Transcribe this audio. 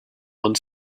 one